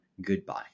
goodbye